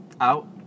out